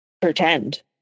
pretend